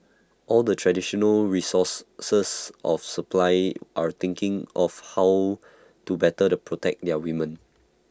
all the traditional resource source of supply are thinking of how to better A protect their women